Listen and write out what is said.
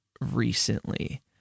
recently